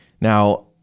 Now